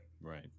Right